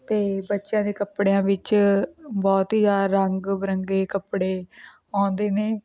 ਅਤੇ ਬੱਚਿਆਂ ਦੇ ਕੱਪੜਿਆਂ ਵਿੱਚ ਬਹੁਤ ਹੀ ਆ ਰੰਗ ਬਿਰੰਗੇ ਕੱਪੜੇ ਆਉਂਦੇ ਨੇ